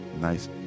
nice